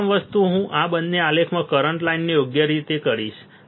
પ્રથમ વસ્તુ જે હું આ બંને આલેખમાં કરંટ લાઇનોને યોગ્ય કરીશ